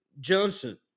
johnson